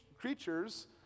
creatures